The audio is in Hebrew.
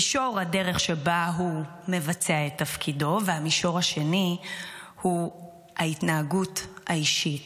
מישור הדרך שבה הוא מבצע את תפקידו "והמישור השני הוא ההתנהגות האישית.